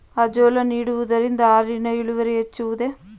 Azolla ನೀಡುವುದರಿಂದ ಹಾಲಿನ ಇಳುವರಿ ಹೆಚ್ಚುವುದೇ?